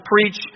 preach